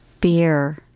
beer